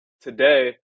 today